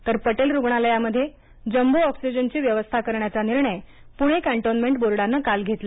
तर पटेल रूग्णालयामध्ये जम्बो ऑक्सिजनची व्यवस्था करण्याचा निर्णय़ पणे कँटोन्मेंट बोर्डानं काल घेतला